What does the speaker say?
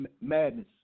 Madness